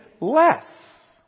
less